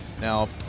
Now